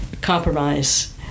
compromise